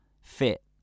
fit